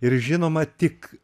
ir žinoma tik